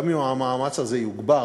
גם אם המאמץ הזה יוגבר,